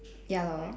ya lor